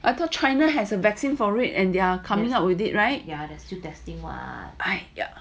I thought china has a vaccine for it and they're coming out with it right yeah